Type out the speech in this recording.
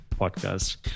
podcast